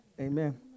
Amen